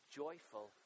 joyful